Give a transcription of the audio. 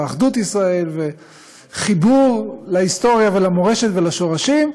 אחדות ישראל וחיבור להיסטוריה ולמורשת ולשורשים.